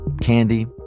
candy